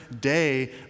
day